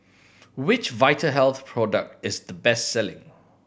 which Vitahealth product is the best selling